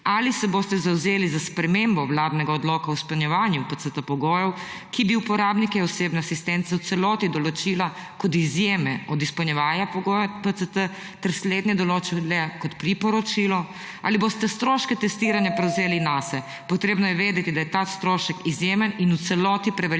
Ali se boste zavzeli za spremembo vladnega odloka o izpolnjevanju PCT-pogojev, ki bi uporabnike osebne asistence v celoti določila kot izjeme od izpolnjevanja pogoja PCT ter slednje določili le kot priporočilo? Ali boste stroške testiranja prevzeli nase? Treba je vedeti, da je ta strošek izjemen in v celoti prevaljen